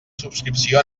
subscripció